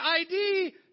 ID